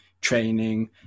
training